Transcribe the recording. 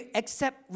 accept